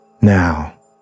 now